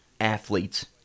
athletes